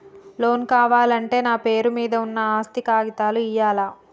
Loan కావాలంటే నా పేరు మీద ఉన్న ఆస్తి కాగితాలు ఇయ్యాలా?